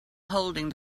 holding